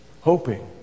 Hoping